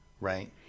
right